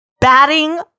batting